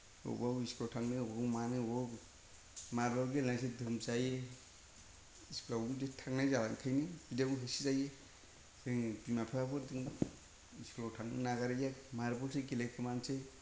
बबेबा अफिस फोराव थांनाय बबेबा मानाय बबावबा मार्बल गेलेनासो दुमजायो स्कुल आवबो बिदिनो थांनाय जाया ओंखायनो बिदियाव होसोजायो जोङो बिमा बिफा हरदों स्कुल आव थांनो नागारहैयो मार्बल सो गेलेखोमानोसै